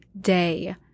day